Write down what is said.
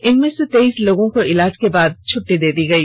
इनमें से तेइस लोगों को ईलाज के बाद छुट्टी दे दी गई